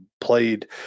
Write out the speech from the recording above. played